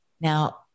Now